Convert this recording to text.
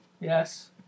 Yes